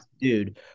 dude